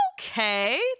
okay